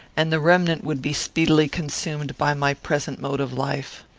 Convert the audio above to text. and the remnant would be speedily consumed by my present mode of life.